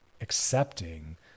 accepting